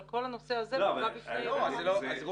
אבל כל הנושא הזה הובא בפני ראש הממשלה.